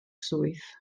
swydd